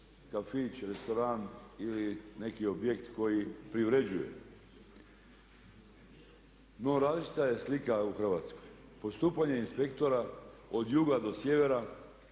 kafić, restoran ili neki objekt koji privređuje. No različita je slika u Hrvatskoj. Postupanje inspektora od juga do sjevera